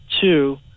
Two